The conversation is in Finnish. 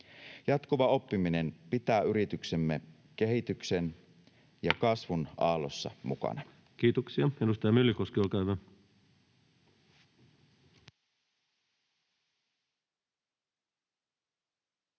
Jatkuva oppiminen pitää yrityksemme kehityksen ja kasvun aallossa mukana. Kiitoksia. — Edustaja Myllykoski, olkaa hyvä.